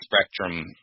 spectrum